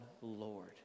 Lord